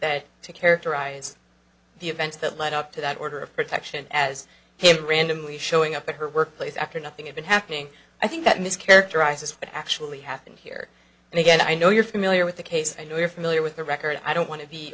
that to characterize the events that led up to that order of protection as him randomly showing up at her workplace after nothing had been happening i think that ms characterizes what actually happened here and again i know you're familiar with the case and you're familiar with the record i don't want to be